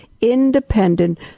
independent